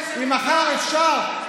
אם מחר אפשר,